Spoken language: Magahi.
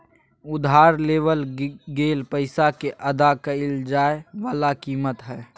उधार लेवल गेल पैसा के अदा कइल जाय वला कीमत हइ